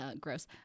Gross